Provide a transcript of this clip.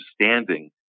understanding